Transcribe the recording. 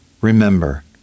Remember